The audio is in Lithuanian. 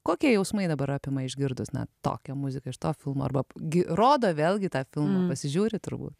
kokie jausmai dabar apima išgirdus na tokią muziką iš to filmo arba gi rodo vėlgi tą filmą pasižiūri turbūt